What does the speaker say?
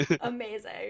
Amazing